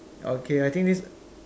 okay I think this